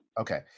Okay